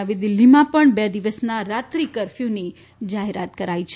નવી દિલ્ફીમાં પણ બે દિવસના રાત્રી કફર્યુની જાહેરાત કરાઇ છે